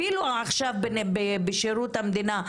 אפילו עכשיו בשירות המדינה,